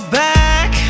back